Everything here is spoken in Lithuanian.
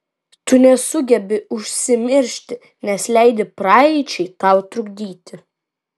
tu nesugebi užsimiršti nes leidi praeičiai tau trukdyti